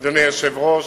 אדוני היושב-ראש,